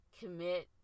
commit